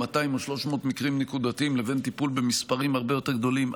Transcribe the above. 200 או 300 מקרים נקודתיים לבין טיפול במספרים הרבה יותר גדולים,